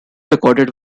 recorded